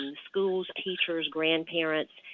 um schools, teachers, grandparents.